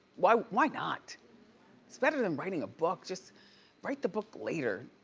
why why not it's better than writing a book. just write the book later.